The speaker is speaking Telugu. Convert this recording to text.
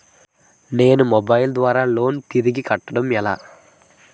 నేను మొబైల్ ద్వారా లోన్ తిరిగి కట్టడం ఎలా?